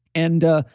and